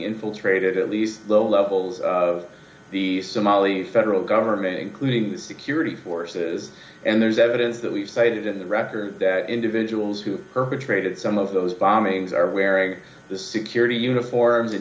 infiltrated at least low levels of the somalis federal government including the security forces and there's evidence that we've stated in the record that individuals who perpetrated some of those bombings are wearing the security uniforms and